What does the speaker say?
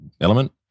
element